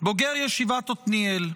בוגר ישיבת עתניאל,